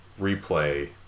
replay